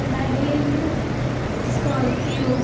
Mahendra Scorpio